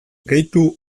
gehitu